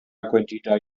gwendidau